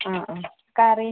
അതെ കറി